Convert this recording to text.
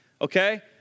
Okay